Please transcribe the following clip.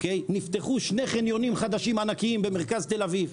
נפתחו שני חניונים חדשים ענקיים במרכז תל-אביב,